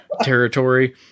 territory